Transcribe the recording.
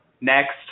Next